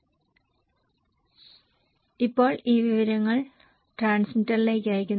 ശരി ഇപ്പോൾ അവർ ഈ വിവരങ്ങൾ ട്രാൻസ്മിറ്ററിലേക്ക് അയയ്ക്കുന്നു